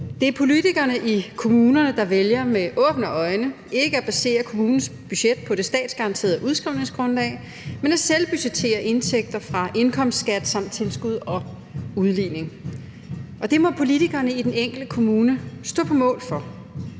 Det er politikerne i kommunerne, der vælger med åbne øjne ikke at basere kommunens budget på det statsgaranterede udskrivningsgrundlag, men at selvbudgettere indtægter fra indkomstskat samt tilskud og udligning. Det må politikerne i den enkelte kommune stå på mål for.